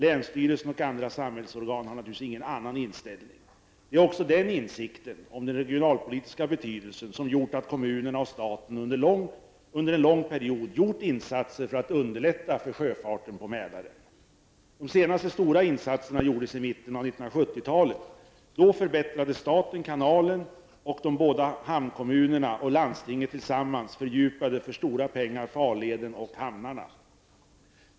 Länsstyrelsen och andra samhällsorgan har naturligtvis ingen annan inställning. Det är också insikten om den regionalpolitiska betydelsen som gjort att kommunerna och staten under en lång period gjort insatser för att underlätta för sjöfarten på Mälaren. De senaste stora insatserna gjordes i mitten av 1970-talet. Då förbättrade staten kanalen, och de båda hamnkommunerna och landstinget tillsammans fördjupade farleden och hamnarna för stora pengar.